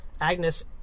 Agnes